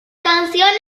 canciones